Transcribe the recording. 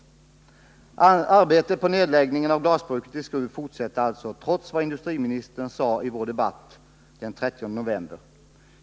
Allt arbete på nedläggningen av glasbruket i Skruv fortsätter alltså trots vad industriministern sade i vår debatt den 30 november.